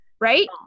Right